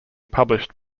published